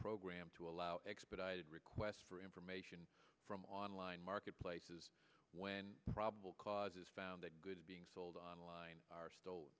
program to allow expedited requests for information from online marketplaces when probable cause is found the goods being sold online are stole